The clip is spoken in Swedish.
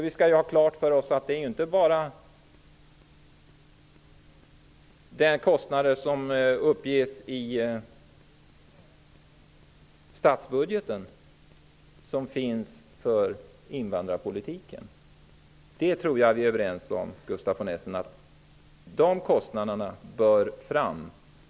Vi skall ha klart för oss att kostnaden för invandrarpolitiken inte bara är den som tas upp i statsbudgeten. Jag tror, Gustaf von Essen, att vi är överens om att de kostnaderna bör tas fram.